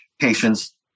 patients